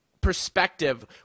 perspective